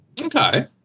Okay